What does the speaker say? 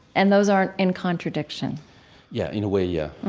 and those aren't in contradiction yeah, in a way, yeah.